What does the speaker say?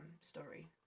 story